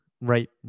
right